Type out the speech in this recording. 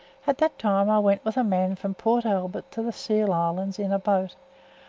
at that time i went with a man from port albert to the seal islands in a boat.